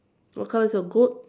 what color is your goat